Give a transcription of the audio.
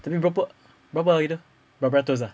tapi beberapa beberapa begitu beberapa ratus ah